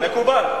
מקובל.